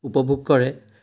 উপভোগ কৰে